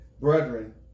brethren